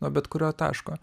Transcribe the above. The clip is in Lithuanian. nuo bet kurio taško